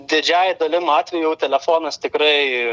didžiąja dalim atvejų telefonas tikrai